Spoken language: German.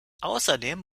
außerdem